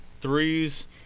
threes